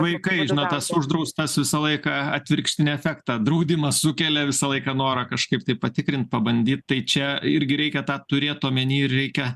vaikai žinot tas uždraustas visą laiką atvirkštinį efektą draudimas sukelia visą laiką norą kažkaip tai patikrint pabandyt tai čia irgi reikia tą turėt omeny ir reikia